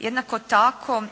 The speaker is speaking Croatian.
Jednako tako,